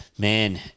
Man